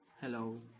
Hello